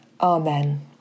Amen